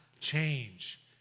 change